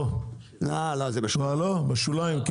לא לא, זה בשוליים.